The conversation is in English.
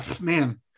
Man